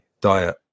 diet